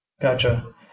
Gotcha